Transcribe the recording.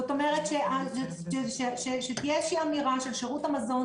זאת אומרת שתהיה איזושהי אמירה של שירות המזון